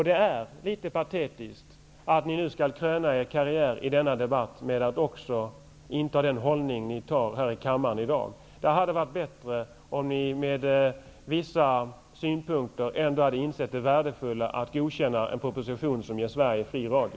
Det är litet patetiskt att ni nu skall kröna er karriär i denna debatt med att inta den hållning som ni intar här i kammaren i dag. Det hade varit bättre om ni, med angivande av vissa synpunkter, ändå hade insett det värdefulla i att godkänna en proposition som ger Sverige fri radio.